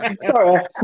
Sorry